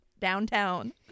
downtown